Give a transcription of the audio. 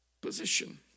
position